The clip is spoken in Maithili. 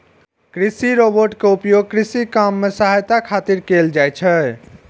कृषि रोबोट के उपयोग कृषि काम मे सहायता खातिर कैल जाइ छै